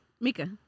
Mika